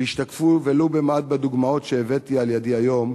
והשתקפו ולו במעט בדוגמאות שהובאו על-ידי היום,